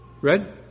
Red